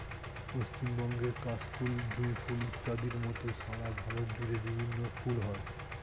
পশ্চিমবঙ্গের কাশ ফুল, জুঁই ফুল ইত্যাদির মত সারা ভারত জুড়ে বিভিন্ন ফুল হয়